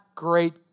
great